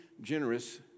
generous